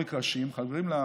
לעורק ראשי, מחברים לזה,